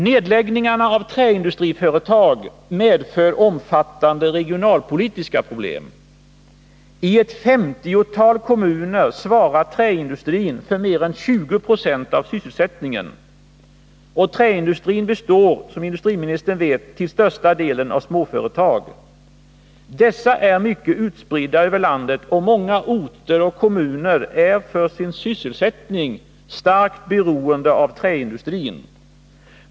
Nedläggningarna av träindustriföretag medför omfattande regionalpolitiska problem. I ett femtiotal kommuner svarar träindustrin för mer än 20 96 av sysselsättningen. Träindustrin består, som industriministern vet, till största delen av småföretag. Dessa är mycket utspridda över landet, och många orter och kommuner är för sin sysselsättning starkt beroende av träindustrin.